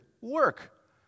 work